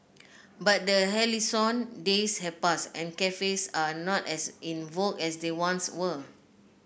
but the halcyon days have passed and cafes are not as in vogue as they once were